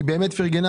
היא פרגנה